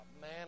Man